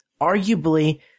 arguably